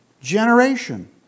generation